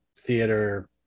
theater